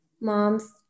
moms